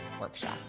Workshop